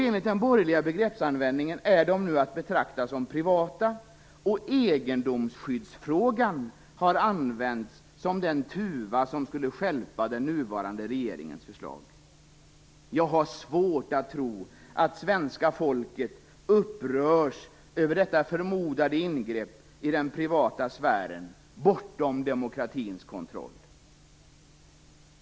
Enligt den borgerliga begreppsanvändningen är de nu att betrakta som privata, och egendomsskyddsfrågan används som den tuva som skulle stjälpa den nuvarande regeringens förslag. Jag har svårt att tro att svenska folket upprörs över detta förmodade ingrepp i den privata sfären bortom demokratins kontroll.